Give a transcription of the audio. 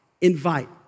invite